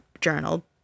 journal